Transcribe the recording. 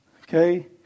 Okay